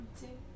two